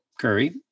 Curry